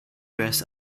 dress